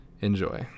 Enjoy